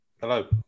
hello